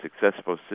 successful